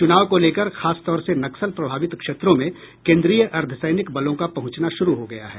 चुनाव को लेकर खास तौर से नक्सल प्रभावित क्षेत्रों में कोन्द्रीय अर्द्वसैनिक बलों का पहुंचना शुरू हो गया है